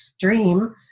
dream